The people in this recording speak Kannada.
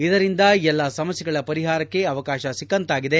ಇದರಿಂದ ಎಲ್ಲಾ ಸಮಸ್ಥೆಗಳ ಪರಿಹಾರಕ್ಕೆ ಅವಕಾಶ ಸಿಕ್ಕಂತಾಗಿದೆ